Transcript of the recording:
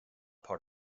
part